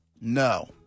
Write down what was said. No